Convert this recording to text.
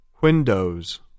Windows